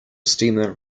steamer